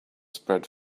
spread